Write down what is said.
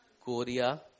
Korea